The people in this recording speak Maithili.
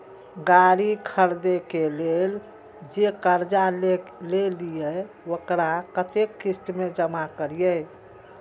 गाड़ी खरदे के लेल जे कर्जा लेलिए वकरा कतेक किस्त में जमा करिए?